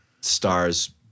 stars